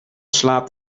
slaapt